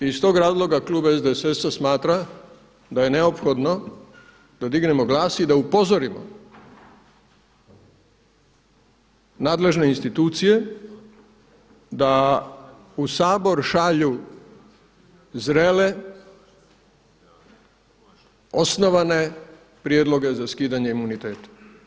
I iz tog razloga klub SDSS-a smatra da je neophodno da dignemo glas i da upozorimo nadležne institucije da u Sabor šalju zrele, osnovane prijedloge za skidanje imuniteta.